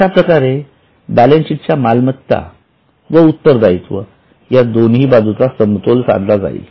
अशा प्रकारे balance balance sheet च्या मालमत्ता व उत्तरदायित्व या दोन्ही बाजूंचा समतोल साधला जाईल